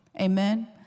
amen